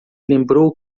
lembrou